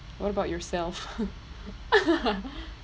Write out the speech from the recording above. what about yourself